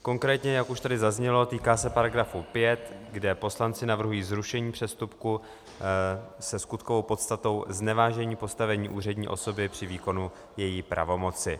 Konkrétně, jak už tady zaznělo, týká se to § 5, kde poslanci navrhují zrušení přestupku se skutkovou podstatou znevážení postavení úřední osoby při výkonu její pravomoci.